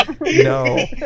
no